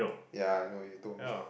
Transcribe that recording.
yeah I know you told me